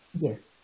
Yes